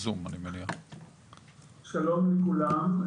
שלום לכולם,